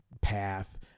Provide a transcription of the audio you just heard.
path